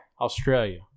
Australia